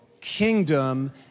kingdom